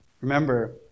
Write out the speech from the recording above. Remember